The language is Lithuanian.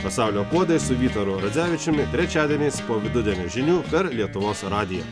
pasaulio puodai su vytaru radzevičiumi trečiadieniais po vidudienio žinių per lietuvos radiją